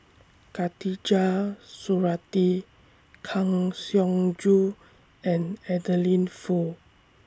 Khatijah Surattee Kang Siong Joo and Adeline Foo